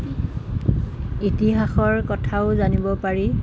ইতিহাসৰ কথাও জানিব পাৰি